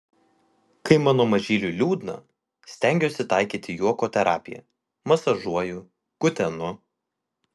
kai mano mažyliui liūdna stengiuosi taikyti juoko terapiją masažuoju kutenu